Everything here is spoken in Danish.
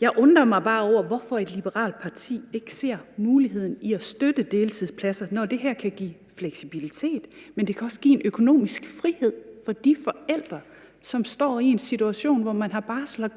Jeg undrer mig bare over, hvorfor et liberalt parti ikke ser muligheder i at støtte deltidspladser, når det her kan give fleksibilitet, men også kan give en økonomisk frihed for de forældre, som står i en situation, hvor man har barsel